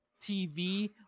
TV